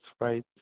right